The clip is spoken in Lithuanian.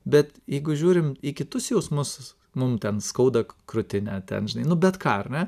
bet jeigu žiūrim į kitus jausmus mum ten skauda krūtinę ten žinai nu bet ką ar ne